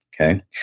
okay